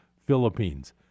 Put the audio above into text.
Philippines